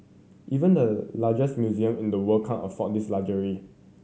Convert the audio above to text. even the largest museum in the world can't afford this luxury